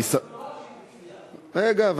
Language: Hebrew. לא רק שהיא תצליח, רגע.